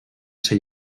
ser